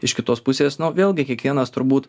iš kitos pusės nu vėlgi kiekvienas turbūt